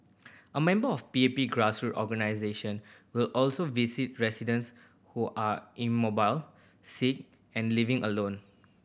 a member of P A P grassroot organisation will also visit residents who are immobile sick and living alone